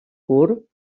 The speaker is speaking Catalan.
curt